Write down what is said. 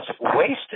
wasted